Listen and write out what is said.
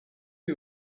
who